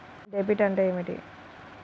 Debit అంటే ఏమిటి?